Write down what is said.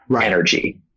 energy